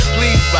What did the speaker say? Please